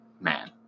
man